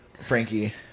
Frankie